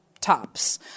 tops